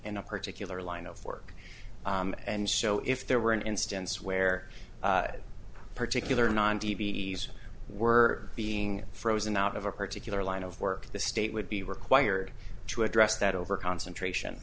in a particular line of work and so if there were an instance where a particular non d b s were being frozen out of a particular line of work the state would be required to address that over concentration